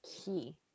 key